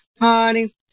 honey